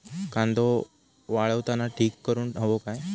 कांदो वाळवताना ढीग करून हवो काय?